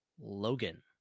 Logan